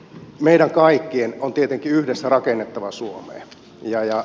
meidän kaikkien on tietenkin yhdessä rakennettava suomea